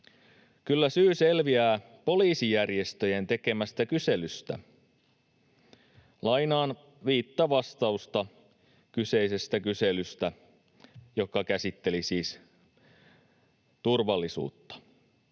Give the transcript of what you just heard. kyllä syy selviää poliisijärjestöjen tekemästä kyselystä. Lainaan viittä vastausta kyseisestä kyselystä, joka käsitteli siis turvallisuutta: